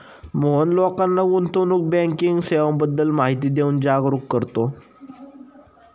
मोहन लोकांना गुंतवणूक बँकिंग सेवांबद्दल माहिती देऊन जागरुक करतो